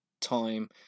time